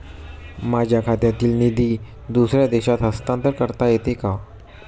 माझ्या खात्यातील निधी दुसऱ्या देशात हस्तांतर करता येते का?